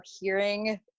hearing